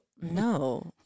No